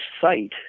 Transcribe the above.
site